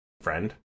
friend